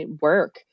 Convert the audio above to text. work